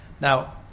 Now